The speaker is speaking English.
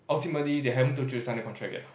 ultimately they haven't told you to sign the contract yet